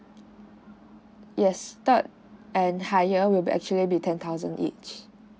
yes third and higher will be actually be ten thousand each